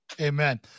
Amen